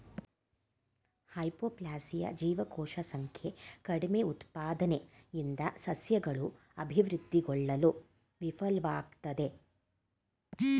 hypoplasia ಜೀವಕೋಶ ಸಂಖ್ಯೆ ಕಡಿಮೆಉತ್ಪಾದನೆಯಿಂದ ಸಸ್ಯಗಳು ಅಭಿವೃದ್ಧಿಗೊಳ್ಳಲು ವಿಫಲ್ವಾಗ್ತದೆ